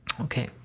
Okay